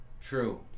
True